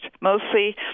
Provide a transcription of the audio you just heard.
Mostly